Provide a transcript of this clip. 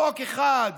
חוק אחד